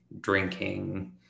drinking